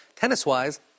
Tennis-wise